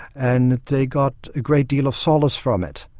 and they got a great deal of solace from it.